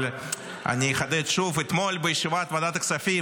אבל אני אחדד שוב: אתמול בישיבת ועדת הכספים